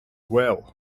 well